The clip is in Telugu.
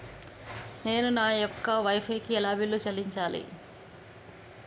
నేను నా యొక్క వై ఫై కి ఎలా బిల్లు చెల్లించాలి?